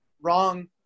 wrong